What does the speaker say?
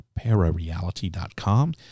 parareality.com